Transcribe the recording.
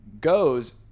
goes